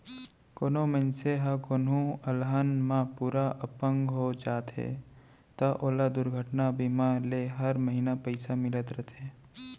कोनों मनसे ह कोहूँ अलहन म पूरा अपंग हो जाथे त ओला दुरघटना बीमा ले हर महिना पइसा मिलत रथे